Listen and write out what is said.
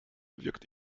wirkt